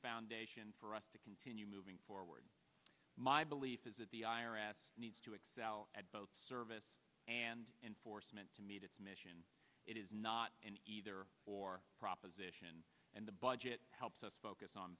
foundation for us to continue moving forward my belief is that the i r s needs to excel at both service and enforcement to meet its mission it is not an either or proposition and the budget helps us focus on